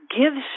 gives